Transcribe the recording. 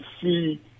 see